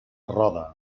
roda